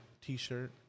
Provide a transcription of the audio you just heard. t-shirt